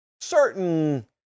certain